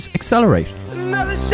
Accelerate